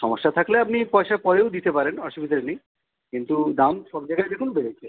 সমস্যা থাকলে আপনি পয়সা পরেও দিতে পারেন অসুবিধা নেই কিন্তু দাম সব জায়গায় দেখুন বেড়েছে